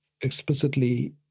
explicitly